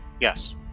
Yes